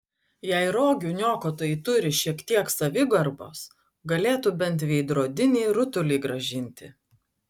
jei rogių niokotojai turi šiek kiek savigarbos galėtų bent veidrodinį rutulį grąžinti